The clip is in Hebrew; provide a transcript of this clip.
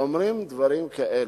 אומרים דברים כאלה,